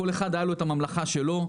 לכל אחד הייתה הממלכה שלו,